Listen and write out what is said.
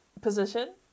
position